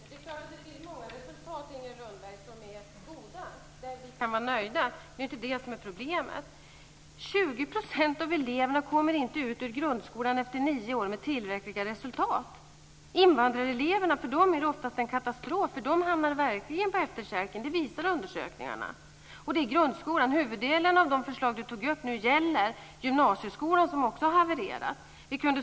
Fru talman! Det är klart att det finns många resultat som är goda, Inger Lundberg. Där kan vi vara nöjda. Det är inte det som är problemet. 20 % av eleverna kommer inte ut ur grundskolan efter nio år med tillräckliga resultat. För invandrareleverna är det oftast en katastrof. De hamnar verkligen på efterkälken. Det visar undersökningarna. Det gäller i grundskolan. Huvuddelen av de förslag som Inger Lundberg tog upp gäller gymnasieskolan som också har havererat.